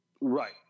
Right